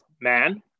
man